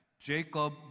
Jacob